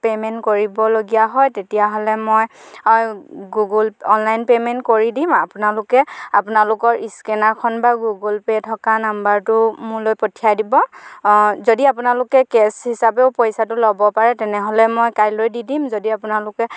payment কৰিবলগীয়া হয় তেতিয়াহ'লে মই গুগুল অনলাইন পে'মেন্ট কৰি দিম আপোনালোকে আপোনালোকৰ স্কেনাৰখন বা গুগল পে' থকা নাম্বাৰটো মোলৈ পঠিয়াই দিব যদি আপোনালোকে কেচ হিচাপেও পইচাটো ল'ব পাৰে তেনেহ'লে মই কাইলৈ দি দিম যদি আপোনালোকে